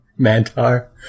Mantar